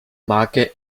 marke